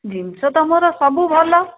ଜିନିଷ ତମର ସବୁ ଭଲ